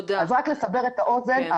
רק לסבר את האוזן,